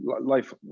life